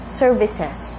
services